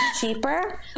cheaper